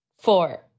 Four